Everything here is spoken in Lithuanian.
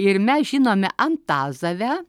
ir mes žinome antazavę